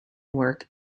work